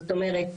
זאת אומרת,